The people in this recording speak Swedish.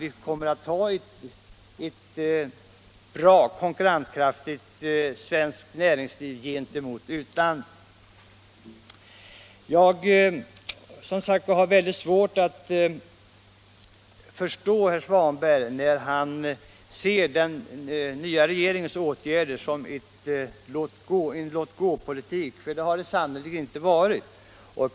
Vi kommer då att ha ett bra svenskt näringsliv som är konkurrenskraftigt gentemot utlandet. Jag har som sagt svårt att förstå herr Svanberg som ser den nya regeringens åtgärder som uttryck för en låtgåpolitik. Det har de sannerligen inte varit.